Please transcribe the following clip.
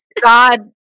God